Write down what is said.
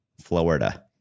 Florida